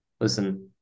Listen